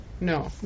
No